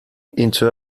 into